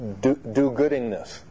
do-goodingness